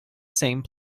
same